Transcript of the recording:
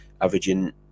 averaging